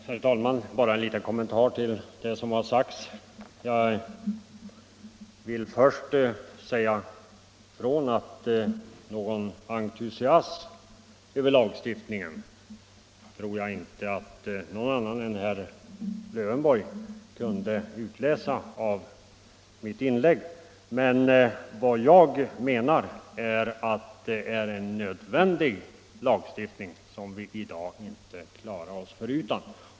Herr talman! Bara en liten kommentar till det som har sagts. Jag vill först säga ifrån att någon entusiasm över lagstiftningen tror jag inte att någon annan än herr Lövenborg kunde utläsa av mitt inlägg. Men jag menar att det är en nödvändig lagstiftning som vi i dag inte klarar oss förutan.